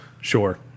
Sure